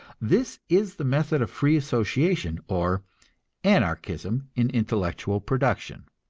this is the method of free association, or anarchism in intellectual production.